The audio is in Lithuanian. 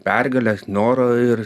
pergales norą ir